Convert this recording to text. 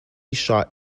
shot